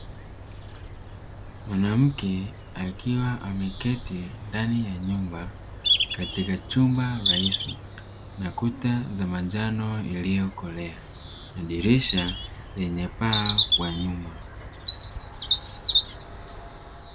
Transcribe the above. Mwanamke akiwa ameketi ndani ya nyumba katika chumba rahisi na kuta za manjano iliyokolea na dirisha lenye paa kwa nyuma.